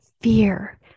fear